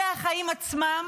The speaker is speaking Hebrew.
אלה החיים עצמם,